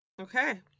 Okay